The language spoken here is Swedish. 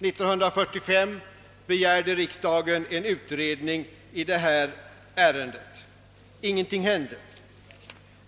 År 1945 begärde riksdagen en utredning i detta ärende. Ingenting hände.